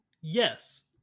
Yes